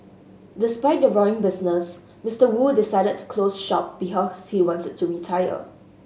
despite the roaring business Mister Wu decided to close shop because he wants to retire